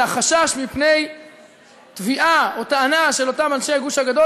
היא החשש מפני תביעה או טענה של אותם אנשי הגוש הגדול